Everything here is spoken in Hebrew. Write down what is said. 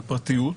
על פרטיות,